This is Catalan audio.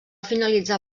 finalitzar